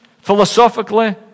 Philosophically